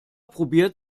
probiert